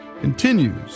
continues